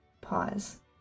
pause